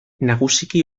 nagusiki